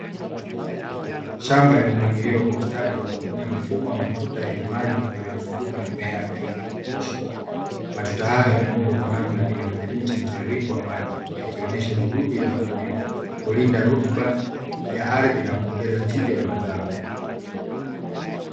Shamba limepangiliwa kwa ustadi wa matuta yenye maji yanao zunguka matatuts hayo yameundwa katika mfumo wa kuongeza tija ya mazao